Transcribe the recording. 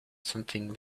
something